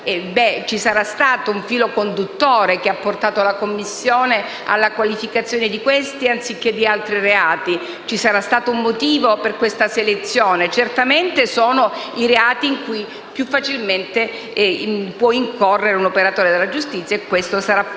ci sarà stato un filo conduttore che ha portato la Commissione alla qualificazione di questi reati anziché di altri, ci sarà stato un motivo per questa selezione. Certamente si tratta dei reati in cui più facilmente può incorrere un operatore della giustizia e questo sarà